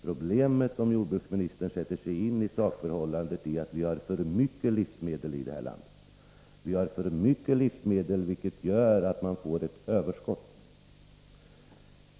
Problemet, om jordbruksministern sätter sig in i sakförhållandet, är att vi har för mycket livsmedel här i landet, vilket gör att vi har fått ett överskott.